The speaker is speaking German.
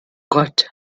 gott